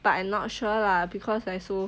but I'm not sure lah because I also